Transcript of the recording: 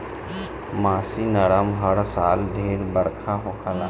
मासिनराम में हर साल ढेर बरखा होला